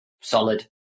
Solid